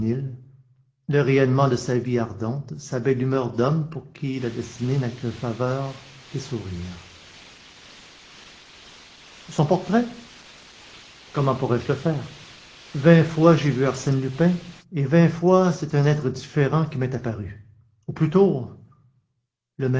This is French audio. le rayonnement de sa vie ardente sa belle humeur d'homme pour qui la destinée n'a que faveurs et sourires son portrait comment pourrais-je le faire vingt fois j'ai vu arsène lupin et vingt fois c'est un être différent qui m'est apparu ou plutôt le